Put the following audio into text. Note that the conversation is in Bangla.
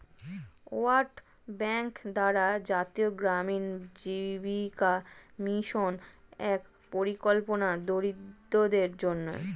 ওয়ার্ল্ড ব্যাংক দ্বারা জাতীয় গ্রামীণ জীবিকা মিশন এক পরিকল্পনা দরিদ্রদের জন্যে